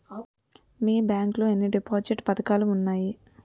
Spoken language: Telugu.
మీ బ్యాంక్ లో ఎన్ని డిపాజిట్ పథకాలు ఉన్నాయి?